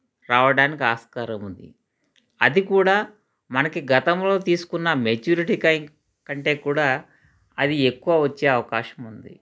రావడానికి ఆస్కారం ఉంది అది కూడా మనకి గతంలో తీసుకున్న మెచ్యూరిటీ కై కంటే కూడా అది ఎక్కువ వచ్చే అవకాశం ఉంది